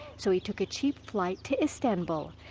so he took a cheap flight to istanbul.